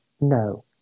no